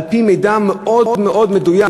על-פי מידע מאוד מאוד מדויק.